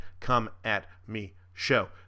comeatmeshow